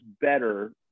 better